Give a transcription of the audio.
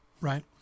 right